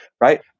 Right